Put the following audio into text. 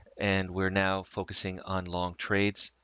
and we're now focusing on long trades.